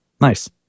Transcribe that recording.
Nice